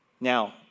Now